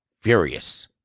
furious